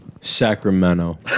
Sacramento